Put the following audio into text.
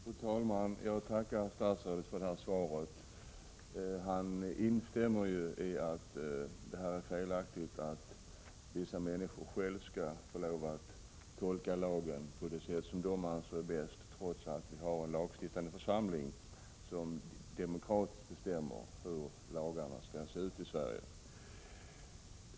Fru talman! Jag vill tacka statsrådet för svaret. Han instämmer ju i att det är felaktigt att vissa människor skall få lov att tolka lagen på det sätt de själva anser bäst, trots att vi har en lagstiftande församling som demokratiskt bestämmer hur lagarna skall se ut i Sverige.